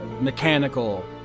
mechanical